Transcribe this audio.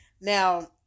Now